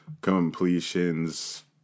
completions